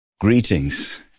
Greetings